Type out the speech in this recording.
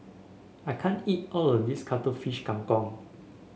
I can't eat all of this Cuttlefish Kang Kong